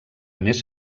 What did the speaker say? més